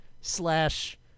slash